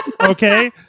Okay